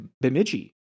Bemidji